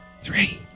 Three